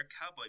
cowboy